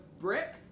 brick